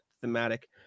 thematic